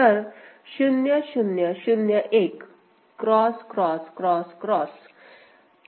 तर 0 0 0 1 X X X X